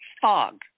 fog